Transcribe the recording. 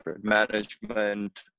management